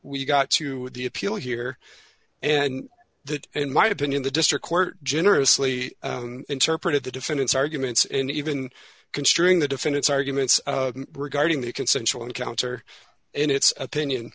we got to the appeal here and that in my opinion the district court generously interpreted the defendant's arguments and even considering the defendant's arguments regarding the consensual encounter in its opinion